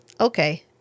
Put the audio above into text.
Okay